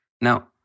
Now